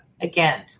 Again